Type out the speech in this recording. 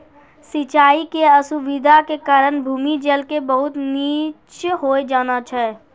सिचाई के असुविधा के कारण भूमि जल के बहुत नीचॅ होय जाना छै